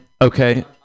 Okay